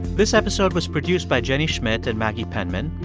this episode was produced by jenny schmidt and maggie penman.